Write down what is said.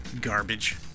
garbage